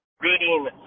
Reading